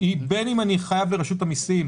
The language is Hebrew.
היא בין אם אני חייב לרשות המיסים